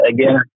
Again